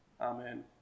Amen